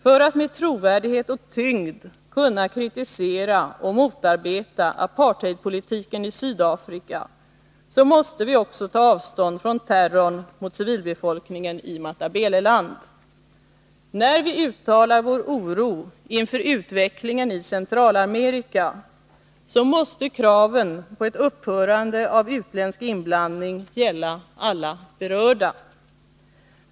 För att med trovärdighet och tyngd kunna kritisera och motarbeta apartheidpolitiken i Sydafrika så måste vi också ta avstånd från terrorn mot civilbefolkningen i Matabeleland. När vi uttalar vår oro inför utvecklingen i Centralamerika så måste kraven på ett upphörande av utländsk inblandning gälla alla berörda.